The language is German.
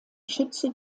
schütze